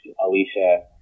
Alicia